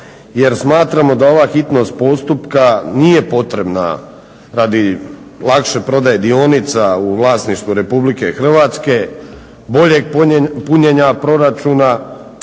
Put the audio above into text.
jer smatramo da ova hitnost postupka nije potrebna radi lakše prodaje dionica u vlasništvu RH, boljeg punjenja proračuna